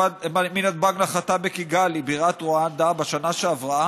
מנתב"ג נחתה בקיגאלי בירת רואנדה בשנה שעברה,